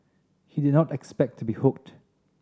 he did not expect to be hooked